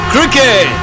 Cricket